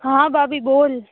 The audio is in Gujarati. હા ભાભી બોલ